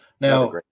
Now